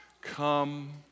come